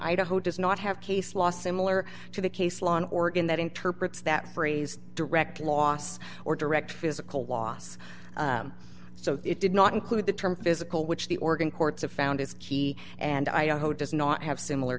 idaho does not have case law similar to the case law an organ that interprets that phrase direct loss or direct physical loss so it did not include the term physical which the organ courts have found is key and i hope it does not have similar